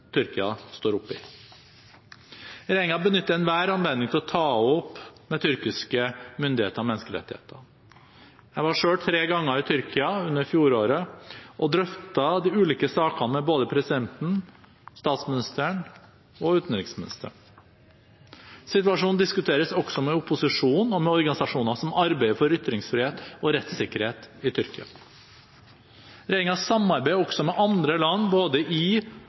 Tyrkia står oppe i. Regjeringen benytter enhver anledning til å ta opp menneskerettighetene med tyrkiske myndigheter. Jeg var selv tre ganger i Tyrkia i løpet av fjoråret og drøftet de ulike sakene med både presidenten, statsministeren og utenriksministeren. Situasjonen diskuteres også med opposisjonen og med organisasjoner som arbeider for ytringsfrihet og rettssikkerhet i Tyrkia. Regjeringen samarbeider også med andre land både i